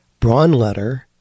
Braunletter